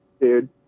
Dude